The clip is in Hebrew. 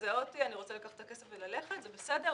לקחת את הכסף וללכת, זה בסדר.